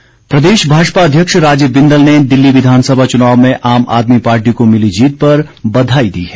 बिंदल प्रदेश भाजपा अध्यक्ष राजीव बिंदल ने दिल्ली विधानसभा चुनाव में आम आदमी पार्टी को मिली जीत पर बधाई दी है